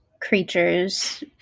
creatures